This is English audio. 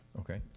Okay